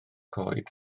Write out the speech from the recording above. coed